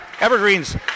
Evergreens